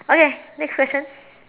okay next question